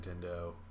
Nintendo